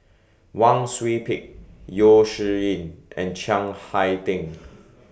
Wang Sui Pick Yeo Shih Yun and Chiang Hai Ding